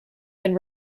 and